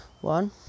One